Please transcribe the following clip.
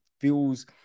feels